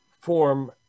form